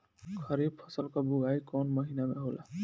खरीफ फसल क बुवाई कौन महीना में होला?